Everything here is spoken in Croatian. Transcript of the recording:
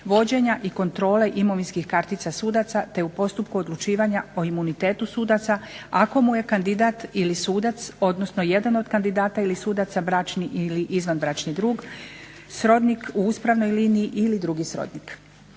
vođenja i kontrole imovinskih kartica sudaca te u postupku odlučivanja o imunitetu sudaca ako mu je kandidat ili sudac ili jedan od kandidata ili sudaca bračni ili izvanbračni drug, srodnik u uspravnoj liniji ili drugi srodnik.